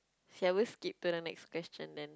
shall we skip to the next question then